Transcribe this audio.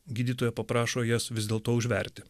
gydytoja paprašo jas vis dėl to užverti